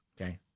Okay